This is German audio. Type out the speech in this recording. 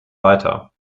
weiter